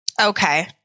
Okay